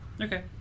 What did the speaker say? Okay